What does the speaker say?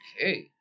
okay